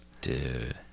Dude